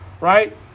right